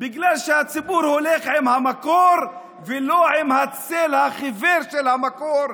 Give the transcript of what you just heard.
בגלל שהציבור הולך עם המקור ולא עם הצל החיוור של המקור,